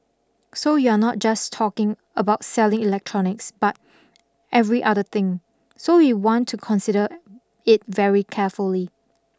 so you're not just talking about selling electronics but every other thing so we want to consider it very carefully